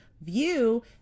view